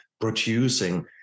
producing